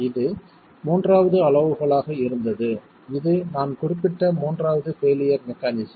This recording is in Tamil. இது மூன்றாவது அளவுகோலாக இருந்தது இது நான் குறிப்பிட்ட மூன்றாவது பெயிலியர் மெக்கானிசம்